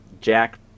jack